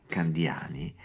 Candiani